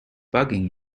bugging